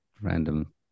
Random